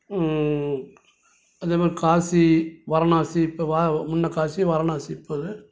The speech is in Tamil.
அதே மாதிரி காசி வாரணாசி இப்போ வா முன்ன காசி வாரணாசி இப்போ இது